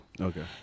Okay